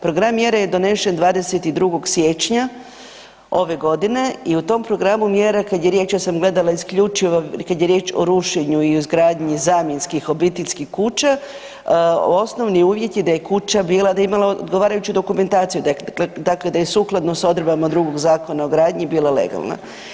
Program mjera je donesen 22. siječnja ove godine i u tom programu mjera kada je riječ, ja sam gledala isključivo kada je riječ o rušenju i izgradnji zamjenskih obiteljskih kuća osnovni uvjet je da je kuća bila da j e imala odgovarajuću dokumentaciju, dakle da je sukladno s odredbama drugog Zakona o gradnji bila legalna.